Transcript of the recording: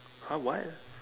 !huh! what